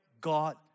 God